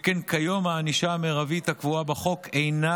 שכן כיום הענישה המרבית הקבועה בחוק אינה